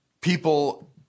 people